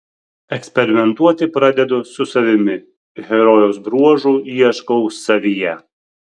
eksperimentuoti pradedu su savimi herojaus bruožų ieškau savyje